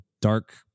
dark